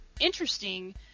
interesting